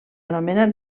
anomenat